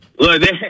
Look